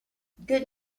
good